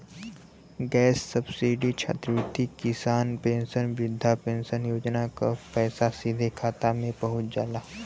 gas subsidy छात्रवृत्ति किसान pension वृद्धा पेंशन योजना क पैसा सीधे खाता में पहुंच जाला